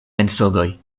mensogoj